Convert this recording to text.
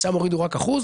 אז שם הורידו רק אחוז.